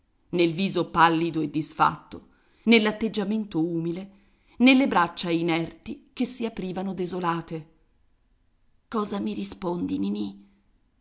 nel viso pallido e disfatto nell'atteggiamento umile nelle braccia inerti che si aprivano desolate cosa mi rispondi ninì